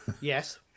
yes